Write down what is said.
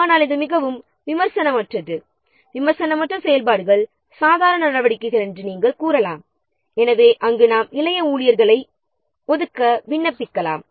ஆனால் இது மிகவும் குறைவான அல்லது சிக்கல்கள் அற்றது சிக்கல்கள் அற்ற செயல்பாடுகள் அல்லது சாதாரண நடவடிக்கைகள் என்று நாம் கூறலாம் எனவே அங்கு நாம் ஜூனியர் ஊழியர்களை ஒதுக்கலாம்